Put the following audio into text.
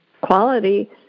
Quality